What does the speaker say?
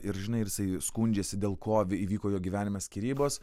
ir žinai ir jisai skundžiasi dėl ko įvyko jo gyvenime skyrybos